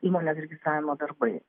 įmonės registravimo darbai